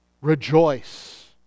rejoice